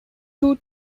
two